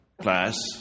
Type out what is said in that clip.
class